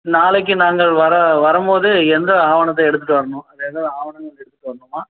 நாளைக்கு நாங்கள் வரும்போது எந்த ஆவணத்தை எடுத்துட்டு வரணும் அது எதுவும் ஆவணங்கள் எடுத்துட்டு வரணுமா